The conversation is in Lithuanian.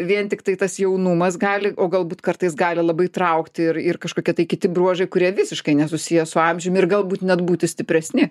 vien tiktai tas jaunumas gali o galbūt kartais gali labai traukti ir ir kažkokie tai kiti bruožai kurie visiškai nesusiję su amžiumi ir galbūt net būti stipresni